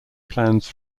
plans